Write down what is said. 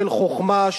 של חוכמה,